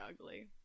ugly